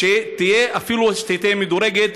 שתהיה אפילו מדורגת,